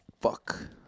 Fuck